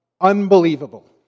unbelievable